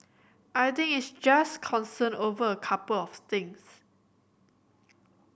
I think it's just concern over a couple of things